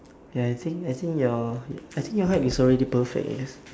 ya I think I think your I think your height is already perfect eh